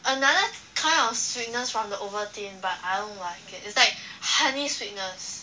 another kind of sweetness from the Ovaltine but I don't like it it's like honey sweetness